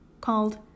called